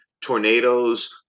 tornadoes